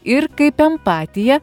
ir kaip empatiją